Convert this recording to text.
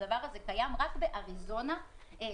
הדבר הזה קיים רק באריזונה וקליפורניה